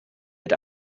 mit